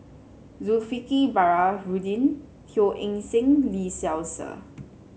Baharudin Teo Eng Seng Lee Seow Ser